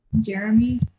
Jeremy